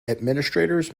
administrators